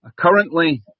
Currently